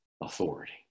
authority